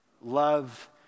love